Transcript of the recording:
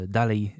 dalej